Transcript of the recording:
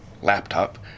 laptop